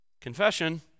confession